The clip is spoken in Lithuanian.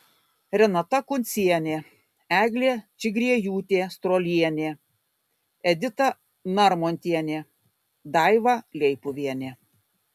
renata kuncienė eglė čigriejūtė strolienė edita narmontienė daiva leipuvienė